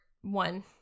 one